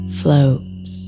floats